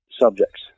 subjects